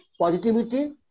positivity